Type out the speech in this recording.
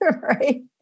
right